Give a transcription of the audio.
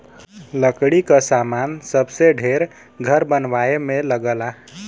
लकड़ी क सामान सबसे ढेर घर बनवाए में लगला